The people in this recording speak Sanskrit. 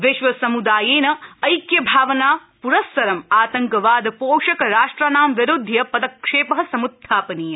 विश्व सम्दायेन ऐक्यभावनाप्रस्सरं आतंकवाद पोषक राष्ट्राणां विरुध्य पदक्षेप सम्त्थापनीय